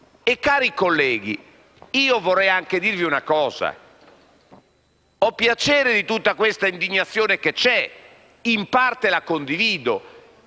Cari colleghi, vorrei dirvi una cosa. Ho piacere di tutta l'indignazione che c'è e in parte la condivido,